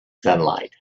sunlight